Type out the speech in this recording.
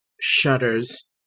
shudders